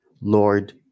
Lord